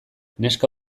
neska